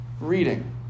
reading